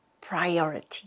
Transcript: priority